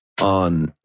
on